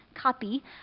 copy